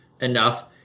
enough